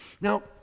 Now